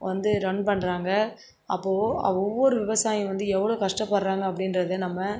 வந்து ரன் பண்றாங்க அப்போது ஒ ஒவ்வொரு விவசாயி வந்து எவ்வளோ கஷ்டப்படுறாங்க அப்படின்றத நம்ம